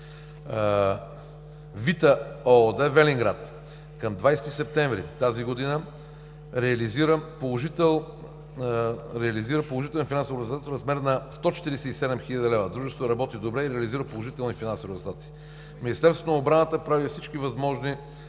„ВИТА“ ООД – Велинград, към 20 септември тази година, реализира положителен финансов резултат в размер на 147 хил. лв. Дружеството работи добре и реализира положителни финансови резултати. Министерството на отбраната прави всичко възможно